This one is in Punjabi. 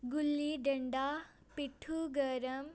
ਗੁੱਲੀ ਡੰਡਾ ਪਿੱਠੂ ਗਰਮ